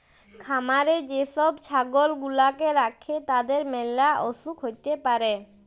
খামারে যে সব ছাগল গুলাকে রাখে তাদের ম্যালা অসুখ হ্যতে পারে